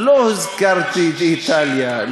לא הזכרתי את איטליה.